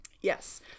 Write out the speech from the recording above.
Yes